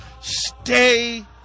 Stay